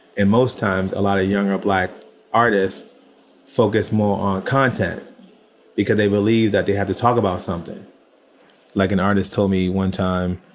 and most times a lot of young ah black artists focus more content because they believe that they had to talk about something like an artist told me one time,